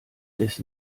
des